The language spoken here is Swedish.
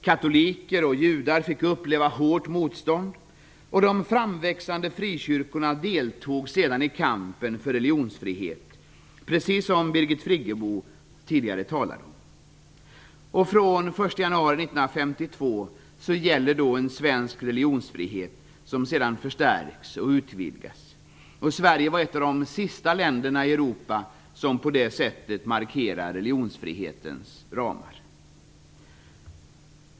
Katoliker och judar fick uppleva hårt motstånd, och de framväxande frikyrkorna deltog i kampen för religionsfrihet, precis som Birgit Friggebo tidigare talade om. Sverige som sedan förstärks och utvidgas. Sverige var ett av de sista länderna i Europa som på det sättet markerade religionsfrihetens ramar.